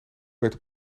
werd